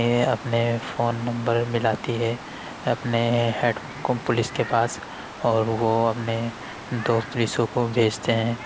اپنے phone number ملاتی ہے اپنے ہیڈ پولیس کے پاس اور وہ اپنے دو پولیسوں کو بھیجتے ہیں